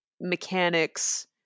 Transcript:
mechanics